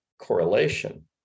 correlation